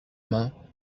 main